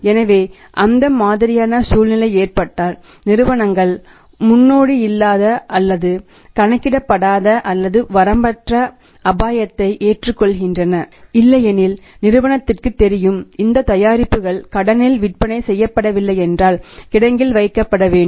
எனவே அந்த மாதிரியான சூழ்நிலை ஏற்பட்டால் நிறுவனங்கள் முன்னோடியில்லாத அல்லது கணக்கிடப்படாத அல்லது வரம்பற்ற அபாயத்தை எடுத்துக்கொள்கின்றன இல்லையெனில் நிறுவனத்திற்குத் தெரியும் இந்த தயாரிப்புகள் கடனில் விற்பனை செய்யப்படவில்லை என்றால் கிடங்கில் வைக்கப்பட வேண்டும்